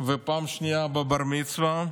ופעם שנייה בבר-מצווה.